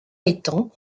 étang